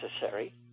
necessary